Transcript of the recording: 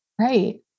Right